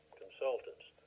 consultants